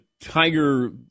Tiger